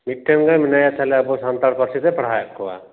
ᱢᱤᱫᱴᱮᱱ ᱜᱮ ᱢᱮᱱᱟᱭᱟ ᱛᱟᱦᱚᱞᱮ ᱟᱵᱚ ᱥᱟᱱᱛᱟᱲ ᱯᱟᱹᱨᱥᱤ ᱛᱮᱭ ᱯᱟᱲᱦᱟᱣᱮᱫ ᱠᱚᱣᱟ